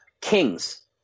Kings